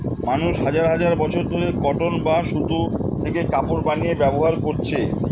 মানুষ হাজার হাজার বছর ধরে কটন বা সুতো থেকে কাপড় বানিয়ে ব্যবহার করছে